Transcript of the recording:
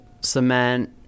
cement